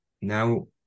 now